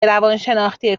روانشناختی